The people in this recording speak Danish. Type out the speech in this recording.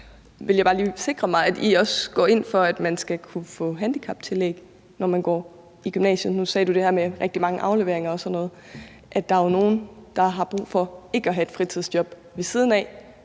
lige vil sikre mig, at SF også går ind for, at man skal kunne få handicaptillæg, når man går i gymnasiet. Nu sagde ordføreren det her med rigtig mange afleveringer og sådan noget. Der er jo nogen, der har brug for ikke at have et fritidsjob ved siden af,